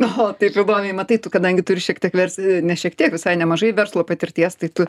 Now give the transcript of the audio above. oho taip įdomiai matai tu kadangi turi šiek tiek vers ne šiek tiek visai nemažai verslo patirties tai tu